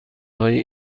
های